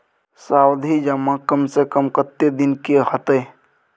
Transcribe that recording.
सावधि जमा कम से कम कत्ते दिन के हते?